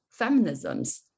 feminisms